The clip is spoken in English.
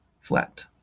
flat